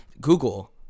Google